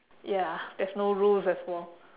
ya there's no rules as well